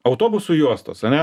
autobusų juostos ane